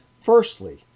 firstly